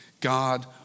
God